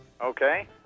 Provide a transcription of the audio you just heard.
Okay